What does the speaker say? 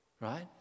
Right